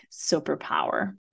superpower